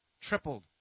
tripled